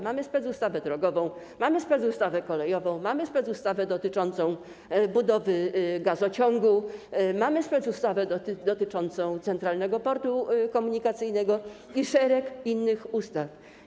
Mamy specustawę drogową, mamy specustawę kolejową, mamy specustawę dotyczącą budowy gazociągów, mamy specustawę dotyczącą Centralnego Portu Komunikacyjnego i szereg innych ustaw.